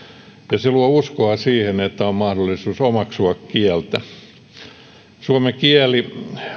luo uskoa siihen että on mahdollisuus omaksua kieltä suomen kieli